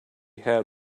had